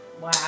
Wow